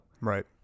Right